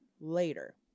later